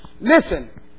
Listen